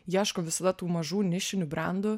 ieško visada tų mažų nišinių brandų